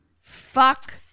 Fuck